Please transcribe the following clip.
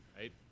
right